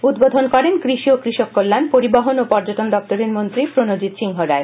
উদ্বোধন করেন কৃষি ও কৃষক কল্যাণ পরিবহন ও পর্যটন দপ্তরের মন্ত্রী প্রণজিৎ সিংহ রায়